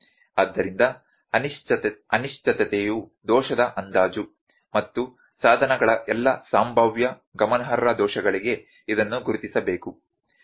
ಆದ್ದರಿಂದ ಅನಿಶ್ಚಿತತೆಯು ದೋಷದ ಅಂದಾಜು ಮತ್ತು ಸಾಧನಗಳ ಎಲ್ಲಾ ಸಂಭಾವ್ಯ ಗಮನಾರ್ಹ ದೋಷಗಳಿಗೆ ಇದನ್ನು ಗುರುತಿಸಬೇಕು